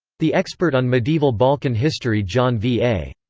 the expert on medieval balkan history john v a.